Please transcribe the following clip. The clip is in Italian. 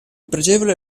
pregevole